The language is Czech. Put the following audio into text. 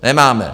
Nemáme!